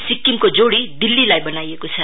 सिक्किमको जोड़ी दिल्लीलाई बनाइएको छ